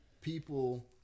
people